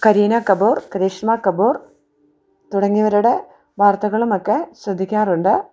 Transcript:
കരീന കപൂർ കരീഷ്മ കപൂർ തുടങ്ങിയവരുടെ വാർത്തകളുമൊക്കെ ശ്രദ്ധിക്കാറുണ്ട്